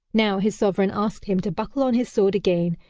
now his sovereign asked him to buckle on his sword again,